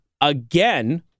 again